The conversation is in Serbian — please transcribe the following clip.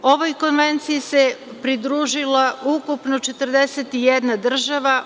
Ovoj konvenciji se pridružila ukupno 41 država.